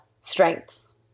strengths